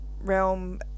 Realm